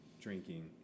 drinking